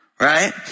Right